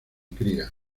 cría